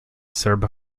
serb